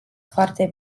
foarte